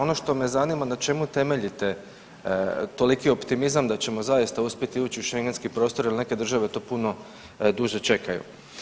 Ono što me zanima, na čemu temeljite toliki optimizam da ćemo zaista uspjeti ući u Šengenski prostor jer neke države to puno duže čekaju?